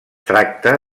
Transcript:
tracta